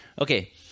Okay